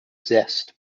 zest